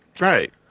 Right